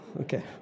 Okay